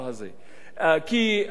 ולמה ככה?